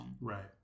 Right